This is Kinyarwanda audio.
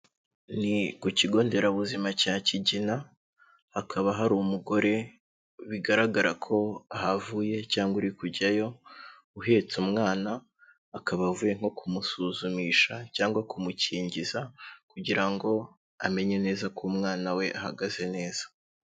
Ni ku kigo nderabuzima cya Kigina, hakaba hari umugore bigaragara ko ahavuye cyangwa uri kujyayo, uhetse umwana, akaba avuye nko kumusuzumisha cyangwa kumukingiza kugira ngo amenye neza ko umwana we ahagaze neza.